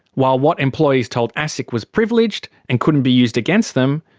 while what employees told asic was privileged and couldn't be used against them,